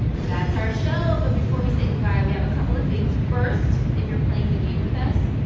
that's our show. but before we say goodbye, we have a couple of things. first, if you're playing the game with us,